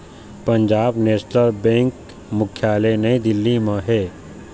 Punjab National Bank मुख्यालय नई दिल्ली म हे